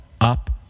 up